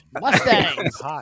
Mustangs